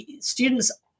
students